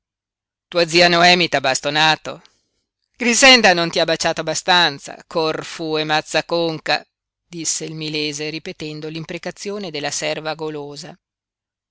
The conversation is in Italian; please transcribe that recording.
tua zia noemi t'ha bastonato grixenda non ti ha baciato abbastanza corfu e mazza a conca disse il milese ripetendo l'imprecazione della serva golosa